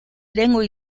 lengua